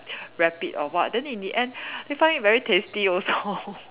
wrap it or what then in the end they find it very tasty also